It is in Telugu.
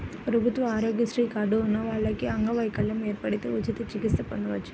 ప్రభుత్వ ఆరోగ్యశ్రీ కార్డు ఉన్న వాళ్లకి అంగవైకల్యం ఏర్పడితే ఉచిత చికిత్స పొందొచ్చు